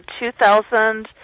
2,000